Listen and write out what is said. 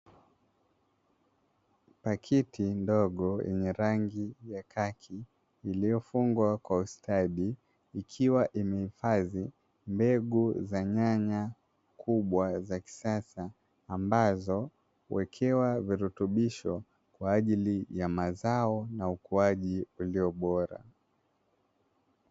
Pakiti ndogo zenye rangi ya kaki iliyofungwa kwa ustadi, ikiwa imehifadhi mbegu za nyanya kubwa za kisasa. Ambazo huwekewa virutubisho kwa ajili ya mazao na ukuaji ulio bora.